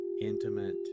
intimate